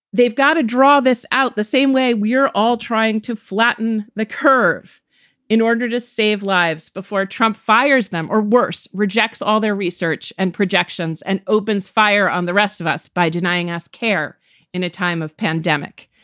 they've got to draw this out the same way. we're all trying to flatten the curve in order to save lives before trump fires them. or worse, rejects all their research and projections and opens fire on the rest of us by denying us care in a time of pandemic.